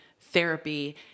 therapy